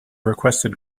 requested